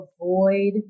avoid